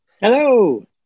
Hello